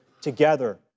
together